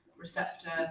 receptor